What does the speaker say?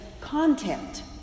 content